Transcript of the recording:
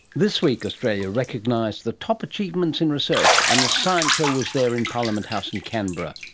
this week australia recognised the top achievements in research, and the science show was there in parliament house in canberra,